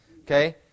Okay